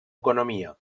economia